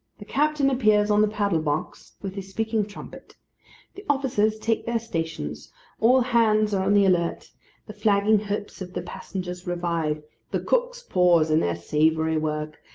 the captain appears on the paddle-box with his speaking trumpet the officers take their stations all hands are on the alert the flagging hopes of the passengers revive the cooks pause in their savoury work,